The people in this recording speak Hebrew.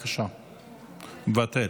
מוותר.